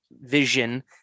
vision